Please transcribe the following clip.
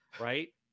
right